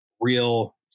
real